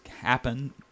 happen